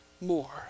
More